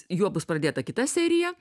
juo bus pradėta kita serija